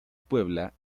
puebla